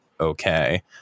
okay